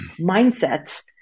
mindsets